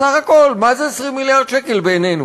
סך הכול, מה זה 20 מיליארד שקל, בינינו?